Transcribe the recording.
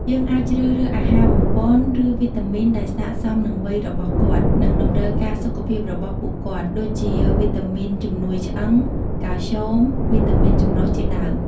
យើងអាចជ្រើសរើស អាហារបំប៉ន ឬវីតាមីនដែលស័ក្តិសមនឹងវ័យរបស់គាត់ និងតម្រូវការសុខភាពរបស់ពួកគាត់ ដូចជាវីតាមីនជំនួយឆ្អឹង (កាល់ស្យូម) វីតាមីនចម្រុះជាដើម។